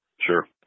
Sure